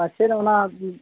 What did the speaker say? ᱚᱱᱟ